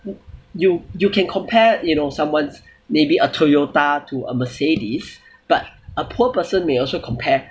you you can compare you know someone's maybe a toyota to a mercedes but a poor person may also compare